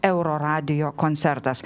euroradijo koncertas